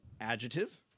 Adjective